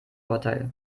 vorteil